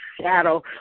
shadow